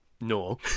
no